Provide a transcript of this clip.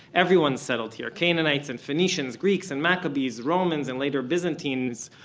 everyone's settled here canaanites and phoenicians. greeks and maccabees. romans and later byzantines,